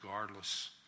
regardless